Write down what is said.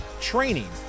training